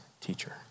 teacher